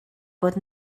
bod